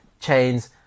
chains